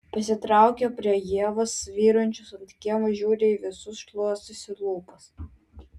prisitraukia prie ievos svyrančios ant kiemo žiūri į visus šluostosi lūpas